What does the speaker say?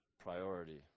priority